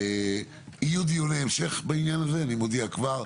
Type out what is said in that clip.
יהיו דיוני המשך בעניין הזה, אני מודיע כבר.